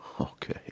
Okay